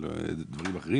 של דברים אחרים?